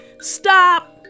Stop